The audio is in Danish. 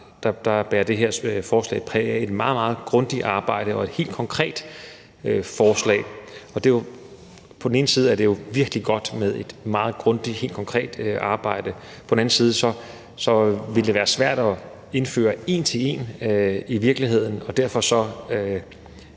bærer det her forslag præg af et meget, meget grundigt arbejde, og det er et helt konkret forslag. På den ene side er det jo virkelig godt med et meget grundigt og helt konkret arbejde. På den anden side vil det være svært at indføre en til en i virkeligheden. Derfor